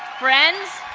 friends,